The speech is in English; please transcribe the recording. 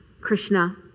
Krishna